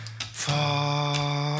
fall